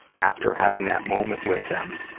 after having that moment with them,